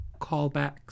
callbacks